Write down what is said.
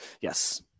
yes